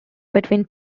between